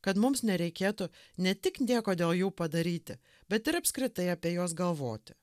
kad mums nereikėtų ne tik nieko dėl jų padaryti bet ir apskritai apie juos galvoti